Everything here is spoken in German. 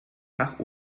nach